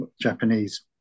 Japanese